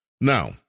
Now